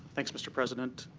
thanks, mr. president.